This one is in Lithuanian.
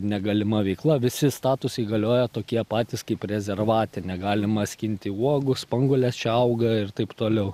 negalima veikla visi statusai galioja tokie patys kaip rezervate negalima skinti uogų spanguolės čia auga ir taip toliau